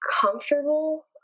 comfortable